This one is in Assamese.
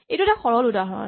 এইটো এটা সৰল উদাহৰণ